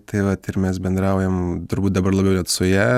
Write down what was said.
tai vat ir mes bendraujam turbūt dabar labiau net su ja